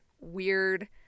weird